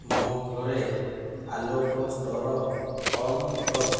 ମୋ ଘରେ ଆଲୋକ ସ୍ତର କମ୍ କର